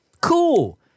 Cool